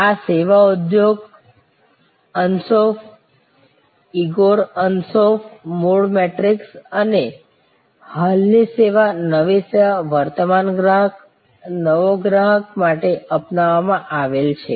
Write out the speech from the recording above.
આ સેવા ઉદ્યોગ અન્સોફ ઇગોર એન્સોફે મૂળ મેટ્રિક્સ અને હાલની સેવા નવી સેવા વર્તમાન ગ્રાહક નવો ગ્રાહક માટે અપનાવવામાં આવેલ છે